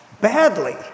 badly